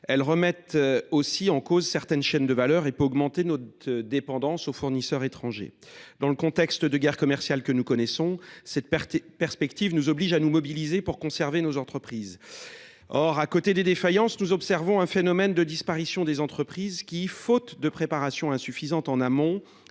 Elles remettent aussi en cause certaines chaînes de valeurs et peuvent augmenter notre dépendance aux fournisseurs étrangers. Dans le contexte de guerre commerciale que nous connaissons, cette perspective nous oblige à nous mobiliser pour conserver nos entreprises. Or, à côté des défaillances, nous observons un phénomène de disparition des entreprises qui, faute de préparation insuffisante en amont,